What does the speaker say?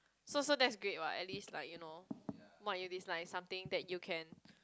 so so that's great what at least like what you dislike is something that you can